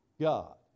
God